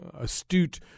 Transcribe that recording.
astute